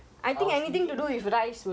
I was thinking briyani